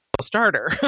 starter